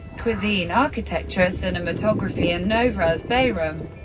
cuisine, architecture, cinematography and novruz bayram.